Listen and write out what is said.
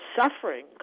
suffering